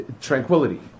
tranquility